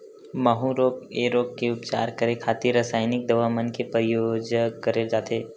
माहूँ रोग ऐ रोग के उपचार करे खातिर रसाइनिक दवा मन के परियोग करे जाथे